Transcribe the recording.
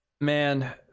Man